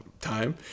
time